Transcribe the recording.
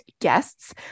guests